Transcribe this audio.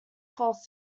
false